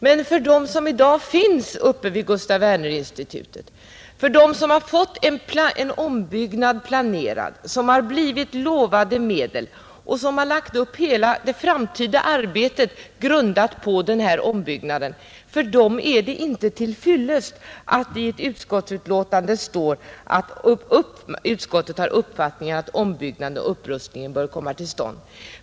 Men för dem som i dag finns uppe vid Gustaf Werners institut, för dem som fått en ombyggnad planerad, som blivit lovade medel och som har grundat planeringen av hela det framtida arbetet på den här ombyggnaden, för dem är det inte till fyllest att det i ett utskottsbetänkande sägs att utskottet har uppfattningen att ombyggnaden och upprustningen bör komma till stånd.